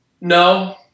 No